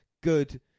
good